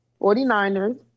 49ers